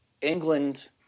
England